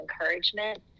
encouragement